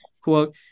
quote